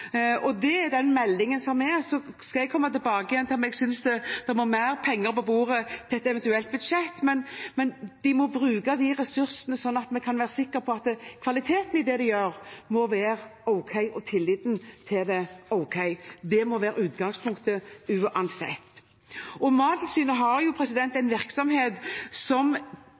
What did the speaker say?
Det er den meldingen som er. Så skal jeg komme tilbake til om jeg synes det eventuelt må mer penger på bordet i budsjettet. Men de må bruke ressursene sine slik at vi kan være sikre på og ha tillit til at kvaliteten på det de gjør, er ok. Det må uansett være utgangspunktet. Mattilsynets virksomhet har historisk sett hatt et veldig godt omdømme i befolkningen, i mange år. Denne rapporten og